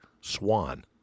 Swan